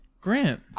Grant